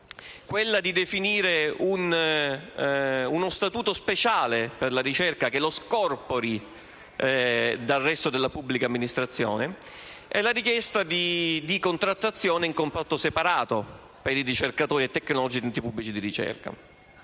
pubblici di ricerca; uno statuto speciale per la ricerca, che la scorpori dal resto della pubblica amministrazione, e, infine, una contrattazione in comparto separato per i ricercatori e i tecnologi degli enti pubblici di ricerca.